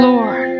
Lord